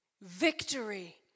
Victory